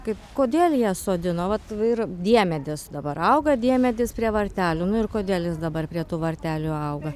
kaip kodėl jas sodino vat ir diemedis dabar auga diemedis prie vartelių nu ir kodėl jis dabar prie tų vartelių auga